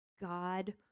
God